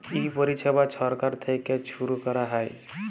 ই পরিছেবা ছরকার থ্যাইকে ছুরু ক্যরা হ্যয়